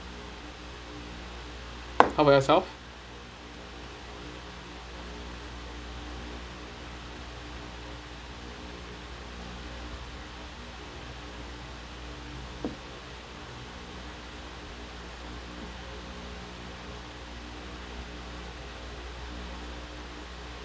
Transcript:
how about yourself